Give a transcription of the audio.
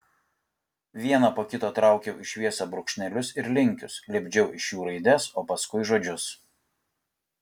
vieną po kito traukiau į šviesą brūkšnelius ir linkius lipdžiau iš jų raides o paskui žodžius